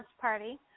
party